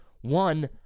one